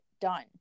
done